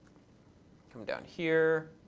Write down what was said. come down here.